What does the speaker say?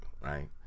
right